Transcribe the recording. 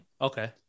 Okay